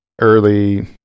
early